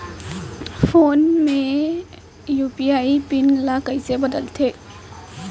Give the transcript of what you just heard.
Phone पे म UPI PIN ल कइसे बदलथे?